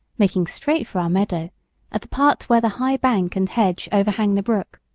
making straight for our meadow at the part where the high bank and hedge overhang the brook.